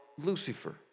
Lucifer